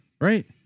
right